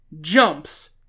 jumps